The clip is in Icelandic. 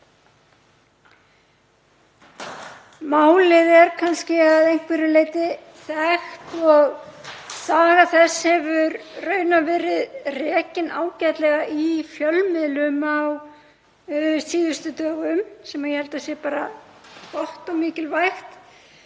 Málið er kannski að einhverju leyti þekkt og saga þess hefur raunar verið rekin ágætlega í fjölmiðlum á síðustu dögum sem ég held að sé bara gott og mikilvægt.